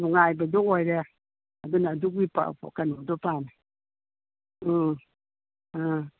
ꯅꯨꯡꯉꯥꯏꯕꯗꯣ ꯑꯣꯏꯔꯦ ꯑꯗꯨꯅ ꯑꯗꯨꯒꯤ ꯀꯩꯅꯣꯗꯣ ꯄꯥꯝꯃꯦ ꯎꯝ ꯑꯥ